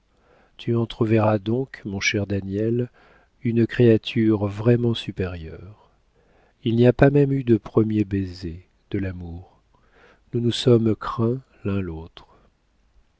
tu entreverras donc mon cher daniel une créature vraiment supérieure il n'y a pas même eu de premier baiser de l'amour nous nous sommes craints l'un l'autre